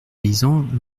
paysan